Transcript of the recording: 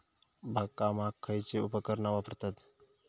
बागकामाक खयची उपकरणा वापरतत?